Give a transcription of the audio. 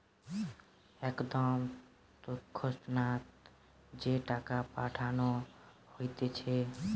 একদম তৎক্ষণাৎ যে টাকা পাঠানো হতিছে